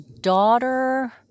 daughter